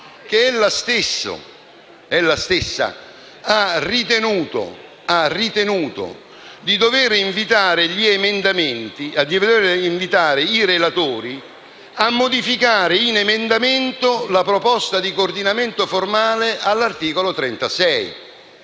che ella stessa ha ritenuto di dover invitare i relatori a modificare in emendamento la proposta di coordinamento formale dell'articolo 36.